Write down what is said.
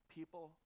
people